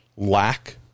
Lack